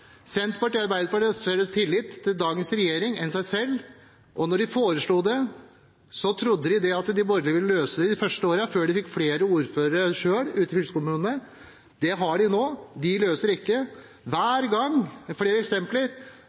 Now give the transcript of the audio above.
Senterpartiet og Arbeiderpartiet har større tillit til dagens regjering enn til seg selv. Da de foreslo det, trodde de at de borgerlige ville løse det de første årene, før de selv fikk flere ordførere i fylkeskommunene. Det har de nå. De løser det ikke. Og hver gang – det er flere eksempler